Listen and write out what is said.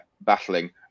battling